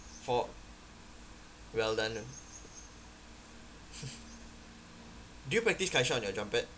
for well done ah do you practise kaisha on your trumpet